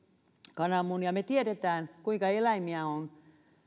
kananmunia me tiedämme kuinka eläimiä on